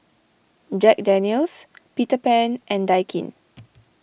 Jack Daniel's Peter Pan and Daikin